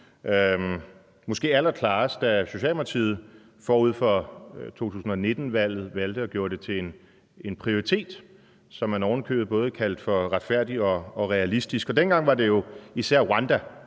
det allerklarest, da Socialdemokratiet forud for 2019-valget valgte at gøre det til en prioritet, som man ovenikøbet både kaldte retfærdig og realistisk. Dengang var det jo især Rwanda,